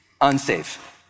unsafe